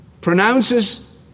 pronounces